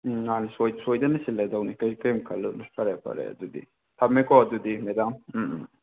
ꯎꯝ ꯃꯥꯅꯤ ꯁꯣꯏꯗꯅ ꯁꯤꯜꯂꯗꯧꯅꯤ ꯀꯩꯝ ꯈꯨꯜꯂꯨꯅꯨ ꯐꯔꯦ ꯐꯔꯦ ꯑꯗꯨꯗꯤ ꯊꯝꯃꯦꯀꯣ ꯑꯗꯨꯗꯤ ꯃꯦꯗꯥꯝ ꯎꯝ ꯎꯝ